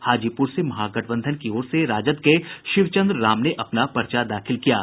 हाजीपुर से महागठबंधन की ओर से राजद के शिवचंद्र राम ने अपना पर्चा दाखिल किया है